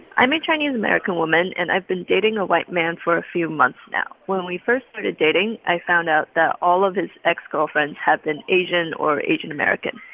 i'm a chinese-american woman, and i've been dating a white man for a few months now. when we first started dating, i found out that all of his ex-girlfriends had been asian or asian-american.